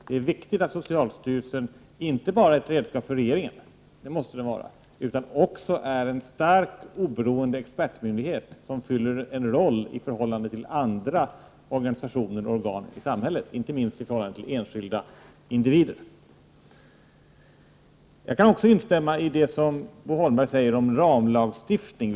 Det är viktigt att socialstyrelsen inte bara är ett redskap för regeringen, vilket den måste vara, utan också en stark och oberoende expertmyndighet som fyller en roll i förhållande till andra organisationer och organ i samhället, inte minst i förhållande till enskilda individer. 87 Jag kan också instämma i det Bo Holmberg säger om ramlagstiftning.